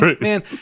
man